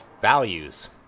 values